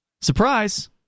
Surprise